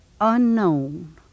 unknown